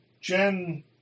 Jen